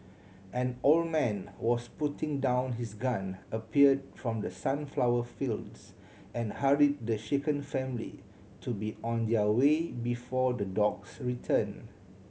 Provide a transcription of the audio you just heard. an old man was putting down his gun appeared from the sunflower fields and hurried the shaken family to be on their way before the dogs return